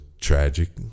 tragic